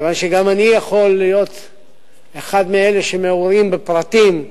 כיוון שגם אני יכול להיות אחד מאלה שמעורים בפרטים,